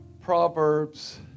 Proverbs